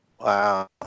Wow